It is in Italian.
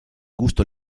gusto